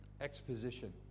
Exposition